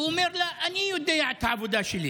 הוא אומר לה: אני יודע את העבודה שלי.